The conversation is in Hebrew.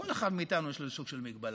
לכל אחד מאיתנו יש איזשהו סוג של מגבלה,